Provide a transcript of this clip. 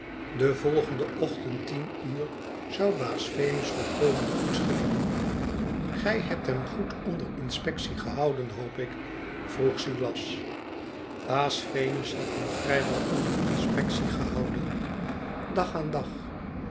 den volgenden ochtend tien uur zou baas venus volkomen goed schikken gij hebt hem goed onder inspectie ehouden hoop ik vroeg silas baas venus had hem vrij wel onder mspectie gehouden dag aan dag